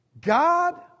God